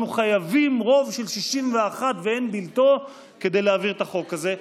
חייבים רוב של 61 ואין בלתו כדי להעביר את החוק הזה.